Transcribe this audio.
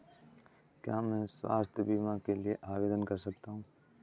क्या मैं स्वास्थ्य बीमा के लिए आवेदन कर सकता हूँ?